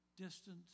distance